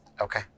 Okay